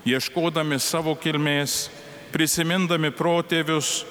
ieškodami savo kilmės prisimindami protėvius